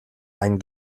ein